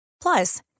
Plus